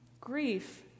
Grief